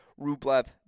Rublev